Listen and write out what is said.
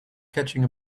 catching